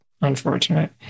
unfortunate